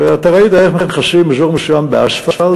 ואתה ראית איך מכסים אזור מסוים באספלט.